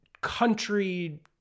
country